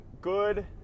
good